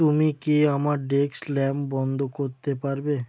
তুমি কি আমার ডেস্ক ল্যাম্প বন্ধ করতে পারবে